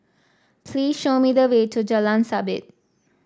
please show me the way to Jalan Sabit